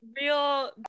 real